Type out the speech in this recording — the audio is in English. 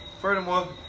furthermore